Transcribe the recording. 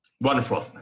Wonderful